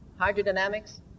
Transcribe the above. hydrodynamics